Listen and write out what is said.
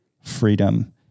freedom